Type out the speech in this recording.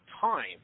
time